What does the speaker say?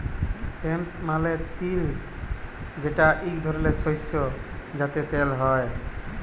সেসম মালে তিল যেটা এক ধরলের শস্য যাতে তেল হ্যয়ে